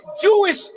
Jewish